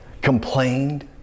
complained